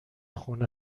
خونه